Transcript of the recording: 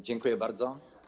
Dziękuję bardzo.